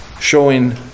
showing